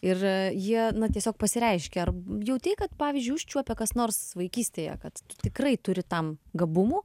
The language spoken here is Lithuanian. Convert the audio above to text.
ir jie tiesiog pasireiškia ar jautei kad pavyzdžiui užčiuopė kas nors vaikystėje kad tu tikrai turi tam gabumų